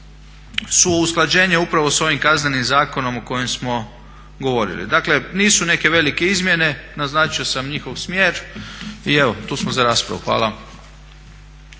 su usklađenje upravo s ovim Kaznenim zakonom o kojem smo govorili. Dakle nisu neke velike izmjene. Naznačio sam njihov smjer i evo tu smo za raspravu. Hvala.